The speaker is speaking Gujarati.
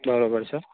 બરોબર છે